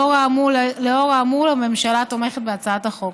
לאור האמור, הממשלה תומכת בהצעת החוק.